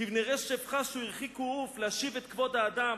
כבני רשף חשו הרחיקו עוף, להשיב את כבוד האדם".